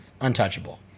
untouchable